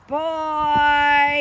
boy